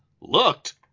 Looked